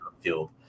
field